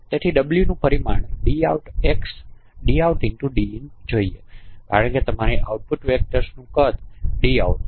તેથી w પરિમાણ DoutXDinજોઇયે કારણ કે તમારી આઉટપુટ વેક્ટર્સ કદ Dout છે